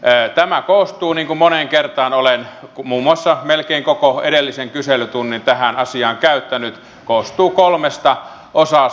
tämä koostuu niin kuin moneen kertaan olen todennut muun muassa melkein koko edellisen kyselytunnin tähän asiaan käyttänyt kolmesta osasta